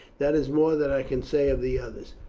that is more than i can say of the others.